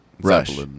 Rush